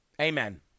Amen